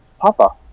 Papa